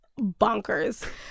bonkers